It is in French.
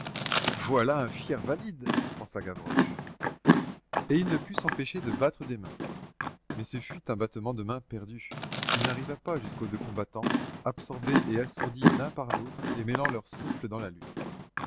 voilà un fier invalide pensa gavroche et il ne put s'empêcher de battre des mains mais ce fut un battement de mains perdu il n'arriva pas jusqu'aux deux combattants absorbés et assourdis l'un par l'autre et mêlant leurs souffles dans la lutte